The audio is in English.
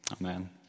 Amen